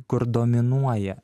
kur dominuoja